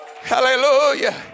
Hallelujah